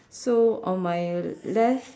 so on my left